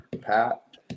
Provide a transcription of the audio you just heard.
Pat